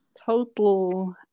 total